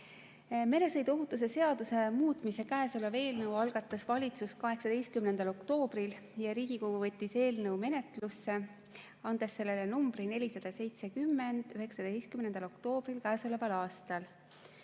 Meresõiduohutuse seaduse muutmise seaduse eelnõu algatas valitsus 18. oktoobril ja Riigikogu võttis eelnõu menetlusse, andes sellele numbri 470, 19. oktoobril käesoleval aastal.